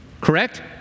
Correct